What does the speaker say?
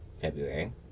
February